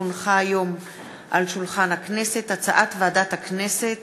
כי הונחה היום על שולחן הכנסת הצעת ועדת הכנסת